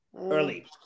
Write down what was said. Early